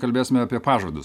kalbėsime apie pažadus